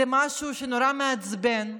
זה משהו שנורא מעצבן,